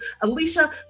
Alicia